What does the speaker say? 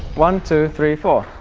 one, two, three, four!